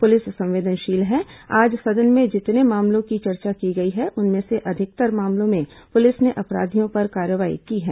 police संवेदनशील है आज सदन में जितने मामलों की चर्चा की गई है उनमें से अधिकतर मामलों में पुलिस ने अपराधियों पर कार्रवाई की है